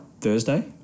Thursday